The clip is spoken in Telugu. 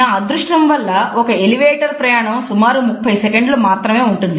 నా అదృష్టం వల్ల ఒక ఎలివేటర్ ప్రయాణం మాత్రమే ఉంటుంది